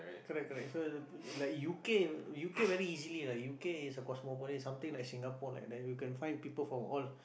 correct correct so like u_k u_k very easily lah u_k is a cosmopolitan something like Singapore like that you can find people from all